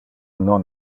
non